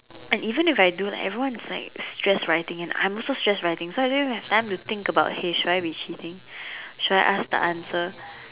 and even if I do like everyone was like stress writing and I'm also stress writing don't even have time to think about hey should I be cheating should I ask the answer